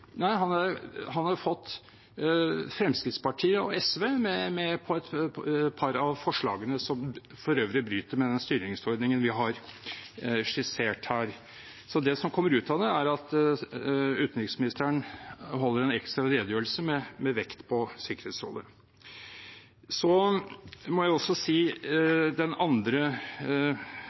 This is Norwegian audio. han har fått Fremskrittspartiet og SV med på et par av forslagene, som for øvrig bryter med den styringsordningen vi har skissert her. Det som kommer ut av det, er at utenriksministeren holder en ekstra redegjørelse med vekt på Sikkerhetsrådet. Jeg må også si når det gjelder den andre